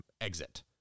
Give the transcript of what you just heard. exit